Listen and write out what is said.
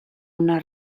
una